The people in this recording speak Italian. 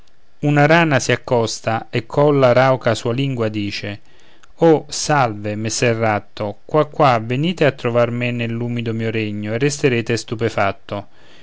una rana si accosta e colla rauca sua lingua dice o salve messer ratto qua qua venite a trovar me nell'umido mio regno e resterete stupefatto